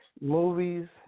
movies